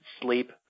sleep